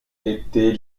étaient